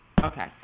okay